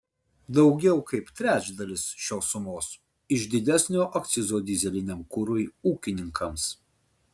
daugiau kaip trečdalis šios sumos iš didesnio akcizo dyzeliniam kurui ūkininkams